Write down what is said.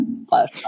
slash